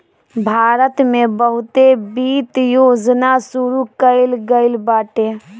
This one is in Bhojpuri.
भारत में बहुते वित्त योजना शुरू कईल गईल बाटे